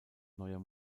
neuer